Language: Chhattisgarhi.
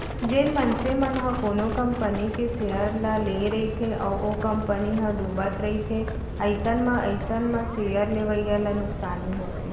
जेन मनसे मन ह कोनो कंपनी के सेयर ल लेए रहिथे अउ ओ कंपनी ह डुबत रहिथे अइसन म अइसन म सेयर लेवइया ल नुकसानी होथे